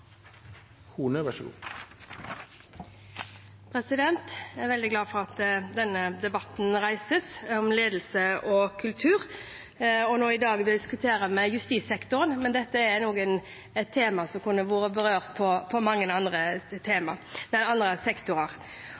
veldig glad for at denne debatten om ledelse og kultur reises. I dag diskuterer vi justissektoren, men dette er nok et tema som kunne blitt berørt i mange andre